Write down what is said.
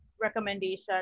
recommendation